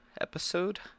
episode